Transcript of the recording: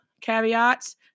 caveats